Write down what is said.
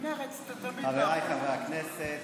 חבריי חברי הכנסת,